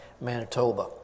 Manitoba